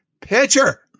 pitcher